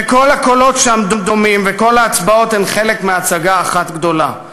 וכל הקולות שם דומים וכל ההצבעות הן חלק מהצגה אחת גדולה".